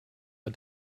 are